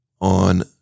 on